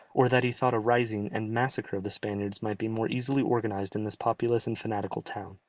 or that he thought a rising, and massacre of the spaniards might be more easily organized in this populous and fanatical town.